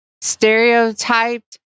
stereotyped